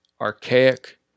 archaic